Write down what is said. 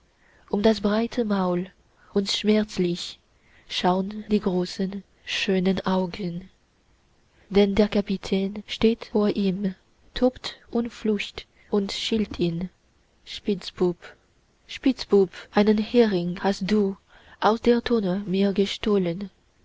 um das breite maul und schmerzlich schaun die großen schönen augen denn der kapitän steht vor ihm tobt und flucht und schilt ihn spitzbub spitzbub einen hering hast du aus der tonne mir gestohlen